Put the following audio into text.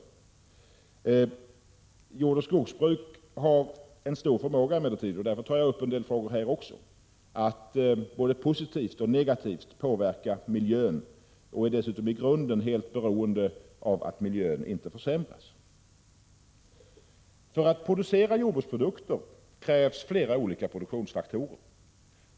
Men jag vill redan nu ta upp en del frågor, eftersom jordoch skogsbruk har en stor förmåga att både positivt och negativt påverka miljön och dessutom i grunden är helt beroende av att miljön inte försämras. För att producera jordbruksprodukter krävs flera olika produktionsfaktorer.